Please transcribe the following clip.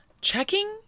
Checking